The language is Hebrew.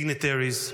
dignitaries,